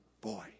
Boy